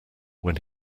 when